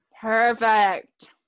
Perfect